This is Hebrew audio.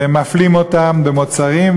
ומפלים אותם במוצרים,